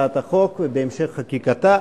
בהמשך חקיקתה,